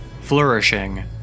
flourishing